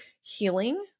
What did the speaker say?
healing